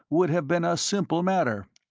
would have been a simple matter.